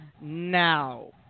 Now